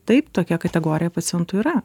taip tokia kategorija pacientų yra